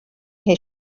his